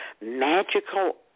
Magical